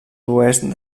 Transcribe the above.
oest